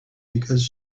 because